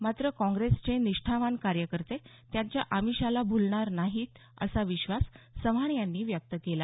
मात्र काँग्रेसचे निष्ठावान कार्यकर्ते त्यांच्या अमिषाला भ्लणार नाहीत असा विश्वास चव्हाण यांनी व्यक्त केला